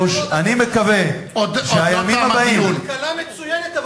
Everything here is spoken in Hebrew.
שכבות שלמות אתם מרסקים.